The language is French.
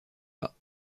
bas